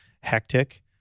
hectic